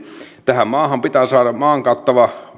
tähän maahan pitää saada maan kattavat